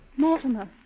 Mortimer